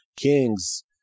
kings